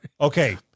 Okay